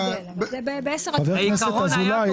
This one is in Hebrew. חבר הכנסת אזולאי,